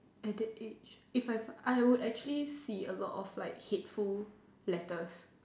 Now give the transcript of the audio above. at the age I would actually see a lot of like hateful letters